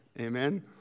Amen